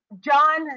John